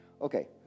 Okay